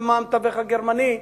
ומה אמר המתווך הגרמני.